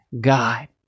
god